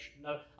No